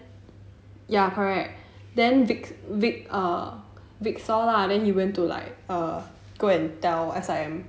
ya correct then vick vick vick saw lah then he went to like err go and tell S_I_M